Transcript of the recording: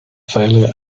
failure